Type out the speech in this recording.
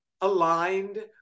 aligned